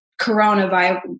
coronavirus